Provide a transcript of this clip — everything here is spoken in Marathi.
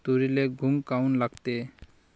तुरीले घुंग काऊन लागते?